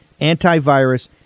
antivirus